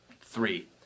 Three